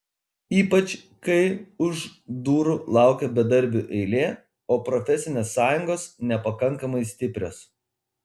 ypač kai už durų laukia bedarbių eilė o profesinės sąjungos nepakankamai stiprios